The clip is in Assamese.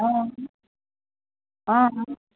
অঁ অঁ